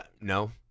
no